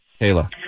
Kayla